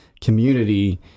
community